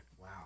Wow